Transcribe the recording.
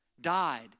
died